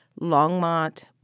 Longmont